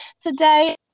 today